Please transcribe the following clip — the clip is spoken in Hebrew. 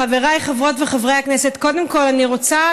חברת הכנסת ברקו לא כאן.